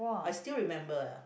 I still remember ya